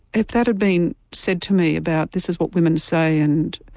if that had been said to me about this is what women say and